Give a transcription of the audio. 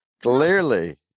Clearly